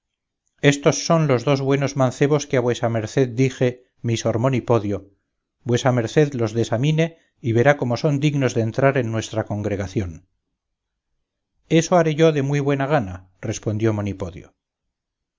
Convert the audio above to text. éstos son los dos buenos mancebos que a vuesa merced dije mi sor monipodio vuesa merced los desamine y verá como son dignos de entrar en nuestra congregación eso haré yo de muy buena gana respondió